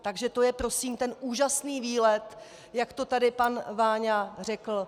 Takže to je prosím ten úžasný výlet, jak to tady pan Váňa řekl!